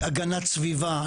הגנת סביבה,